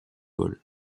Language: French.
vols